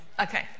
Okay